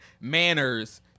manners